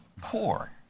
poor